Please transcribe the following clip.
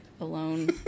alone